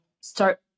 start